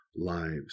lives